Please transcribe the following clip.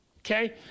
Okay